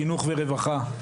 חינוך ורווחה.